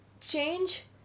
change